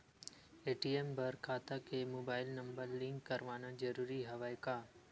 ATM बर खाता ले मुबाइल नम्बर लिंक करवाना ज़रूरी हवय का?